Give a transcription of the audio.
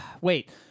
wait